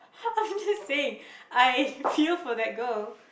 I'm just saying I feel for that girl